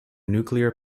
nuclear